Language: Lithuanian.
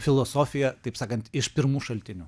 filosofija taip sakant iš pirmų šaltinių